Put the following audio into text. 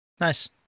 nice